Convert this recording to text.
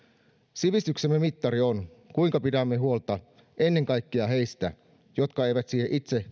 sivistyksemme mittari on kuinka pidämme huolta ennen kaikkea heistä jotka eivät siihen itse